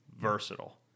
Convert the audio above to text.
versatile